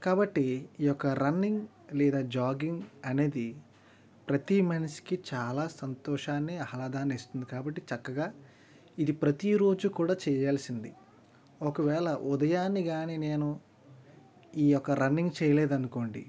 కాబట్టి ఈ యొక్క రన్నింగ్ లేదా జాగింగ్ అనేది ప్రతీ మనిషికి చాలా సంతోషాన్ని ఆహ్లాదాన్ని ఇస్తుంది కాబట్టి చక్కగా ఇది ప్రతీ రోజు కూడా చేయాల్సింది ఒకవేళ ఉదయాన్నే కానీ నేను ఈ యొక్క రన్నింగ్ చేయలేదు అనుకోండి